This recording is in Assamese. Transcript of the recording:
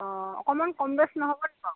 অ অকণমান কম বেছ নহ'বনি বাৰু